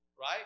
right